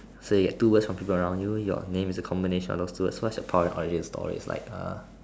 say that two words something around you your name is the combination of the two words what's your power and origin story it's like uh